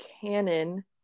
Canon